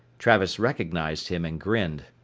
travis recognized him and grinned.